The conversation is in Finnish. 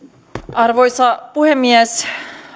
arvoisa puhemies